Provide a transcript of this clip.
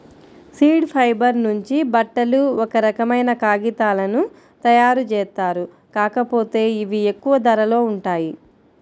seed fibre నుంచి బట్టలు, ఒక రకమైన కాగితాలను తయ్యారుజేత్తారు, కాకపోతే ఇవి ఎక్కువ ధరలో ఉంటాయి